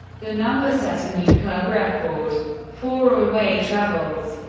the number set a new club record for away travels.